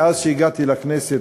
מאז שהגעתי לכנסת,